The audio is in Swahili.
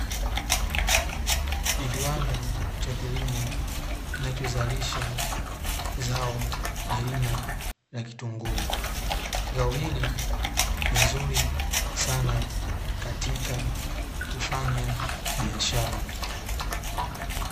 Ni kiwanda cha kilimo kinachozalisha zao aina ya kitunguu zao hili ni nzuri sana katika kufanya biashara.